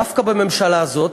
דווקא בממשלה הזאת?